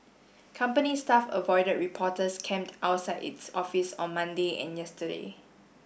company staff avoided reporters camped outside its office on Monday and yesterday